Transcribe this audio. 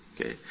Okay